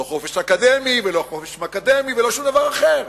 לא חופש אקדמי ולא חופש "שמקדמי" ולא שום דבר אחר.